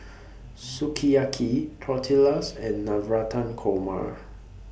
Sukiyaki Tortillas and Navratan Korma